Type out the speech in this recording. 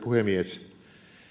puhemies